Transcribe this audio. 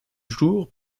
jour